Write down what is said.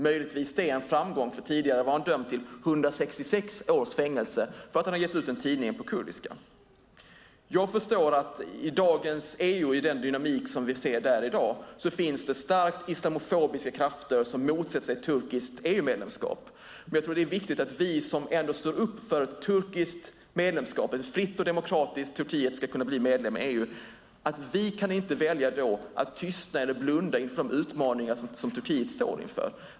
Möjligtvis är det en framgång, för tidigare var han dömd till 166 års fängelse - för att ha gett ut en tidning på kurdiska. Jag förstår att det i EU med den dynamik vi ser där i dag finns starkt islamofobiska krafter som motsätter sig ett turkiskt EU-medlemskap. Jag tror dock att det är viktigt att vi som står upp för ett turkiskt medlemskap, för att ett fritt och demokratiskt Turkiet ska kunna bli medlem i EU, inte väljer att vara tysta eller blunda för de utmaningar som Turkiet står inför.